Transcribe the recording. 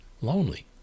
lonely